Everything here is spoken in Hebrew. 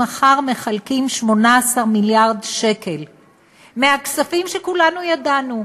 מחר מחלקים 18 מיליארד שקל מהכספים שכולנו ידענו,